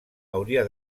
hauria